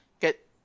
get